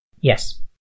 Yes